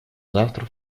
завтра